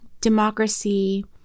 democracy